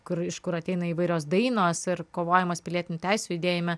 kur iš kur ateina įvairios dainos ir kovojimas pilietinių teisių judėjime